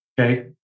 Okay